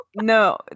No